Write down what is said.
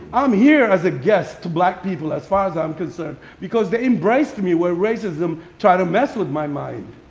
i'm here as a guest to black people as far as i'm concerned because they embraced me when racism tried to mess with my mind.